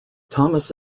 thomas